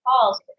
calls